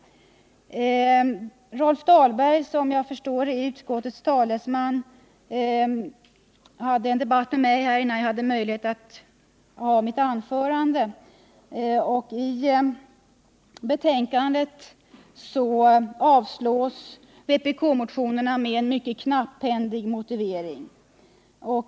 Rolf Dahlberg, som jag förstår är utskottets talesman, förde en debatt med mig innan jag hade hållit mitt anförande. I betänkandet avstyrks vpkmotionerna med en mycket knapphändig motivering.